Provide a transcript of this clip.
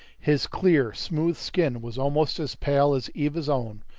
his clear, smooth skin was almost as pale as eva's own,